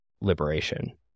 liberation